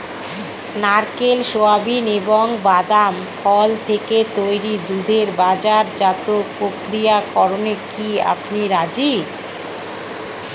নারকেল, সোয়াবিন এবং বাদাম ফল থেকে তৈরি দুধের বাজারজাত প্রক্রিয়াকরণে কি আপনি রাজি?